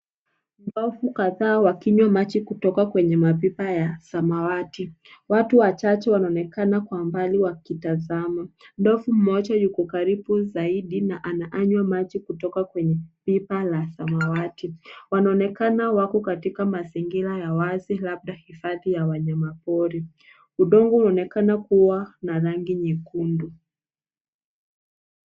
Ndovu kadhaa wakinywa maji kutoka kwenye mapipa ya samawati, watu wachache wanaonekana kwa mbali wakitasama, ndovu mmoja yuko karubi zaidi na anaanywa maji kutoka kwenye pipa la samawati, wanaonekana wako katika mazingira ya wasi labda hifadhi ya wanyama pori, udongo unaonekana kuwa na rangi nyekundu